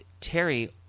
Terry